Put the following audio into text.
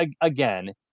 again